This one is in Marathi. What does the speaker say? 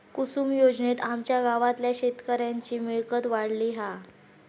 कुसूम योजनेत आमच्या गावातल्या शेतकऱ्यांची मिळकत वाढली हा